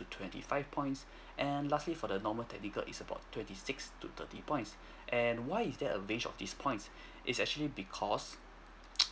to twenty five points and lastly for the normal technical is about twenty six to thirty points and why is there a range of these points it's actually because